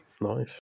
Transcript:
nice